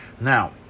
Now